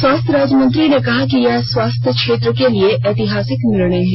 स्वास्थ्य राज्य मंत्री ने कहा कि यह स्वास्थ्य क्षेत्र के लिए एतिहासिक निर्णय है